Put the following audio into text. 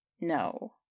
No